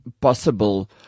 possible